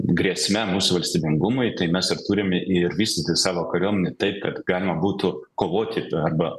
grėsme mūsų valstybingumui tai mes ir turime ir vystyti savo kariuomenę taip kad galima būtų kovoti arba